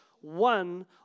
one